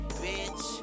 bitch